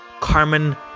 Carmen